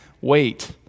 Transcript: wait